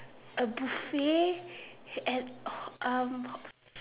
a buffet and oh um